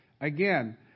Again